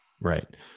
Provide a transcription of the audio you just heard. right